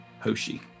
Hoshi